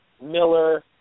Miller